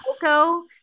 Coco